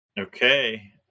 Okay